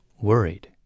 worried